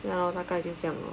ya lor 那个已经这样了